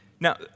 Now